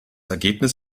ergebnis